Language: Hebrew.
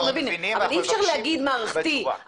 אבל אי אפשר להגיד מערכתי.